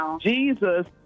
Jesus